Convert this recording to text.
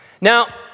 now